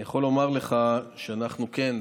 אני יכול לומר לך שאנחנו כן,